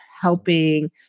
helping